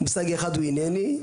מושג אחד הוא הנני.